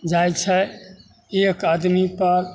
जाइत छै एक आदमी पर